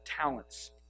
talents